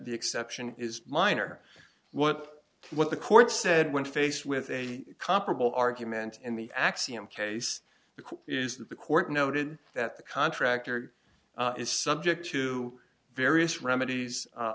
the exception is minor what what the court said when faced with a comparable argument in the axiom case the court is that the court noted that the contractor is subject to various remedies